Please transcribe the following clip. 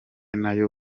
nayo